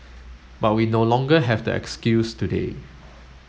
but we no longer have that excuse today